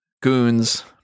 goons